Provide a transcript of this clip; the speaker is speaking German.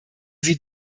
sie